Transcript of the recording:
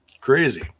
Crazy